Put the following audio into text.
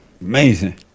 Amazing